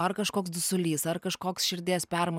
ar kažkoks dusulys ar kažkoks širdies permu